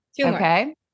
Okay